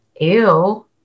ew